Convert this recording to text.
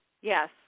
yes